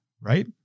right